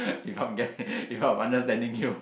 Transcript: if I'm get if I'm understanding you